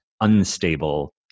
unstable